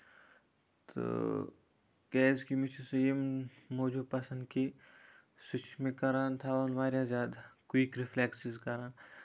تہٕ کیازِ کہِ مےٚ چھُ سُہ اَمہِ موٗجوٗب پَسند کہِ سُہ چھُ مےٚ کران تھاوان واریاہ زیادٕ کُیِک رِفلیکسٕز کران